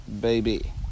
baby